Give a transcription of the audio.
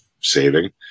saving